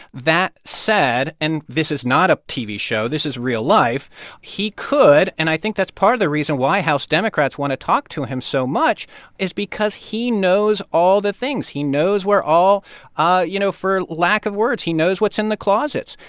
that said and this is not a tv show this is real life he could and i think that's part of the reason why house democrats want to talk to him so much is because he knows all the things. he knows where all ah you know, for lack of words, he knows what's in the closets,